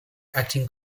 acting